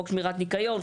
חוק שמירת ניקיון,